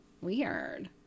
Weird